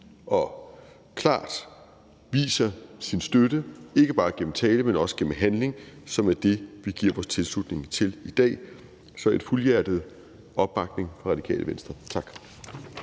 og klart viser sin støtte, ikke bare gennem tale, men også gennem handling, som er det, vi giver vores tilslutning til i dag. Så der er en fuldhjertet opbakning fra Radikale Venstre. Tak.